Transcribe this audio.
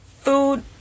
food